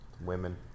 Women